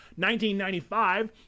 1995